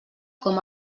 com